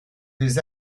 des